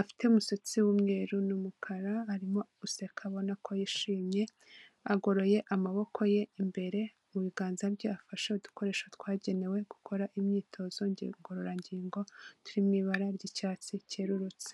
afite umusatsi w'umweru n'umukara arimo guseka abona ko yishimye agoroye amaboko ye imbere mu biganza bye afashe udukoresho twagenewe gukora imyitozo ngororangingo turi mu ibara ry'icyatsi cyerurutse.